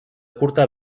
curta